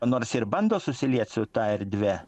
nors ir bando susiliet su ta erdve